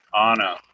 Anna